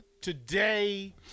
today